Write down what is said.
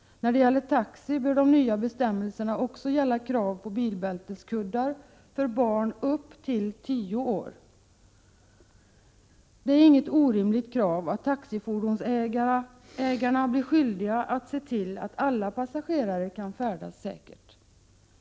När det gäller taxi bör de nya bestämmelserna också gälla krav på bilbälteskuddar för barn upp till tio år. Det är inget orimligt krav att taxifordonsägarna blir skyldiga att se till att alla passagerare kan färdas säkert.